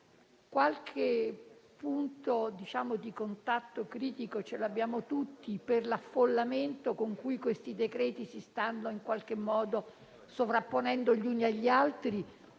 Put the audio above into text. Qualche punto di contatto critico ce l'abbiamo tutti per l'affollamento con cui i provvedimenti si stanno sovrapponendo gli uni agli altri